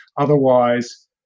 Otherwise